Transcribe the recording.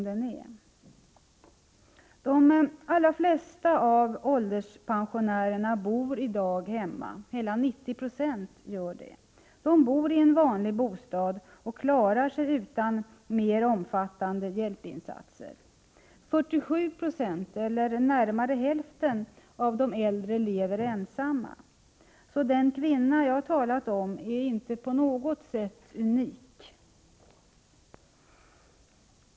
De allra flesta av ålderspensionärerna bor i dag hemma. Hela 90 96 gör det. De bor i en vanlig bostad och klarar sig utan mer omfattande hjälpinsatser. 47 96 eller närmare hälften av de äldre lever ensamma. Den kvinna jag talat om är alltså inte på något sätt unik.